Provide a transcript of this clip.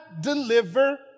deliver